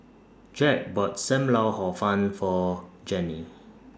Jacque bought SAM Lau Hor Fun For Jenny